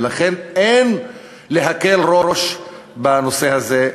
ולכן אין להקל ראש בנושא הזה,